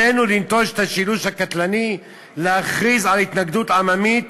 עלינו לנטוש את השילוש הקטלני להכריז על התנגדות עממית